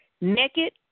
naked